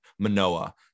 Manoa